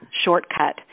shortcut